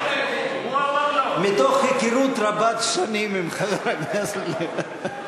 מתוך היכרות רבת-שנים עם חבר הכנסת ליברמן.